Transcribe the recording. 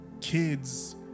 kids